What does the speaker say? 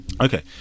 Okay